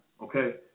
okay